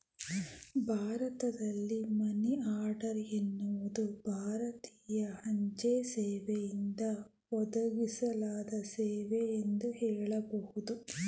ಭಾರತದಲ್ಲಿ money order ಎನ್ನುವುದು ಭಾರತೀಯ ಅಂಚೆ ಸೇವೆಯಿಂದ ಒದಗಿಸಲಾದ ಸೇವೆ ಎಂದು ಹೇಳಬಹುದು